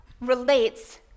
relates